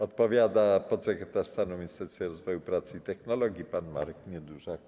Odpowiada podsekretarz stanu w Ministerstwie Rozwoju, Pracy i Technologii pan Marek Niedużak.